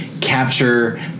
capture